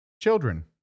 children